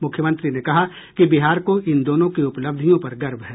मुख्यमंत्री ने कहा कि बिहार को इन दोनों की उपलब्धियों पर गर्व है